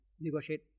Negotiate